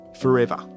Forever